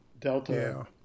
Delta